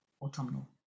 autumnal